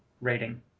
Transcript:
rating